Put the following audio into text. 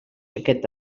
aquest